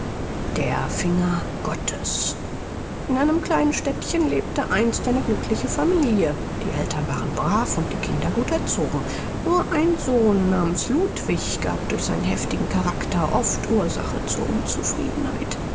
der finger gottes in einem kleinen städtchen lebte einst eine glückliche familie die eltern waren brav und die kinder gut erzogen nur ein sohn namens ludwig gab durch seinen heftigen charakter oft ursache zur unzufriedenheit